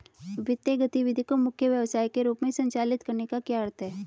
वित्तीय गतिविधि को मुख्य व्यवसाय के रूप में संचालित करने का क्या अर्थ है?